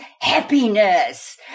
happiness